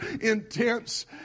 intense